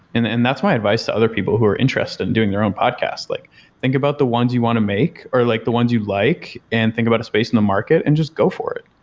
and and that's my advice to other people who are interested in doing their own podcast. like think about the ones you want to make or like the ones you like and think about a space in the market and just go for it.